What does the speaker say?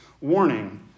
warning